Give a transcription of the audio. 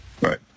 Right